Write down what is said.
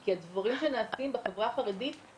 תוך כדי הדברים רשמתי לעצמי,